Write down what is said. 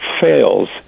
fails